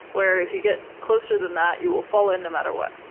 where if you get closer than that, you will fall in, no matter what,